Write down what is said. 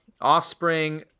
offspring